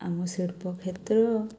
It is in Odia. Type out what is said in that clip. ଆମ ଶିଳ୍ପ କ୍ଷେତ୍ର